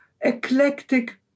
eclectic